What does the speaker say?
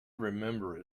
remember